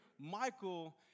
Michael